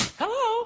hello